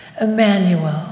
Emmanuel